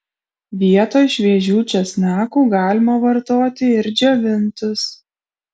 vietoj šviežių česnakų galima vartoti ir džiovintus